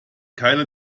keine